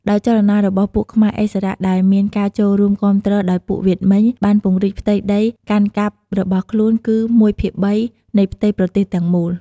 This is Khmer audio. ដោយចលនារបស់ពួកខ្មែរឥស្សរៈ ដែលមានការចូលរួមគាំទ្រដោយពួកវៀតមិញ បានពង្រីកផ្ទៃដីកាន់កាប់របស់ខ្លួនគឺ ១/៣ នៃផ្ទៃប្រទេសទាំងមូល ។